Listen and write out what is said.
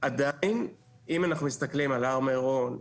עדיין אם אנחנו מסתכלים על הר מירון,